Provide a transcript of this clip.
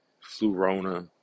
flu-rona